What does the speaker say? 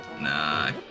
Nah